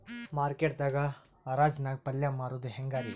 Market ದಾಗ್ ಹರಾಜ್ ನಾಗ್ ಪಲ್ಯ ಮಾರುದು ಹ್ಯಾಂಗ್ ರಿ?